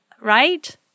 right